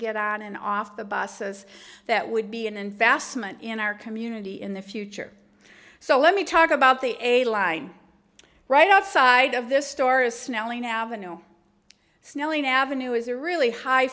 get on and off the busses that would be an investment in our community in the future so let me talk about the a line right outside of this store's snelling avenue snelling avenue is a really high